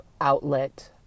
outlet